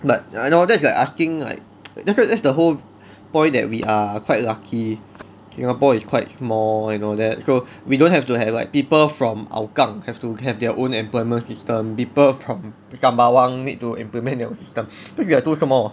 but !hannor! that's like asking like that's the whole point that we are quite lucky singapore is quite small and all that so we don't have to have like people from hougang have to have their own employment system people from sembawang need to implement their own system because we are too small